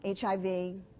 HIV